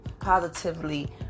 positively